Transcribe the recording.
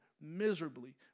miserably